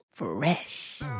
fresh